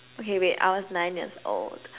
okay wait I was nine years old